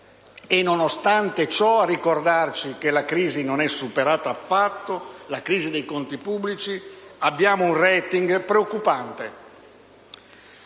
E nonostante ciò, a ricordarci che la crisi non è superata affatto, la crisi dei conti pubblici, abbiamo un *rating* preoccupante.